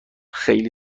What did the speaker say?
خیلی